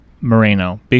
Moreno